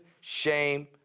shame